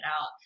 out